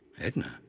Edna